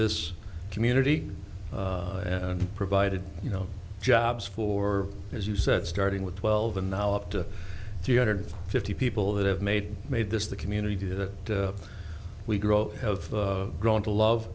this community and provided you know jobs for as you said starting with twelve and now about three hundred fifty people that have made made this the community that we grow have grown to love